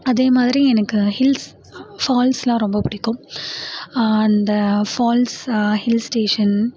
அதே மாதிரி எனக்கு ஹில்ஸ் ஃபால்ஸ்லாம் ரொம்ப பிடிக்கும் அந்த ஃபால்ஸ் ஹில் ஸ்டேஷன்